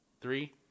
Three